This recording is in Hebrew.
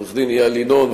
עורך-הדין איל ינון,